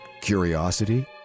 Curiosity